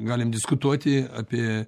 galim diskutuoti apie